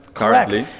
currently.